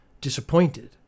disappointed